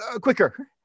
quicker